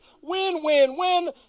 Win-win-win